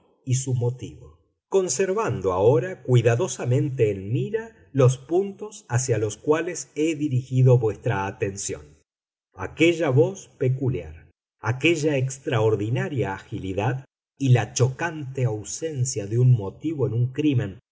y su motivo conservando ahora cuidadosamente en mira los puntos hacia los cuales he dirigido vuestra atención aquella voz peculiar aquella extraordinaria agilidad y la chocante ausencia de motivo en un crimen